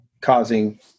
causing